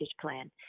plan